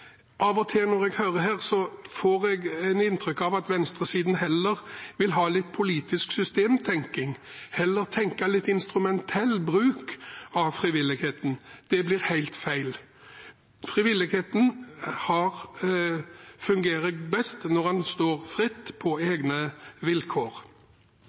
Av og til når jeg hører debatten her, får jeg inntrykk av at venstresiden heller vil ha litt politisk systemtenkning, heller tenke litt instrumentell bruk av frivilligheten. Det blir helt feil. Frivilligheten fungerer best når den står fritt på egne vilkår.